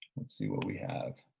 let's see what we have.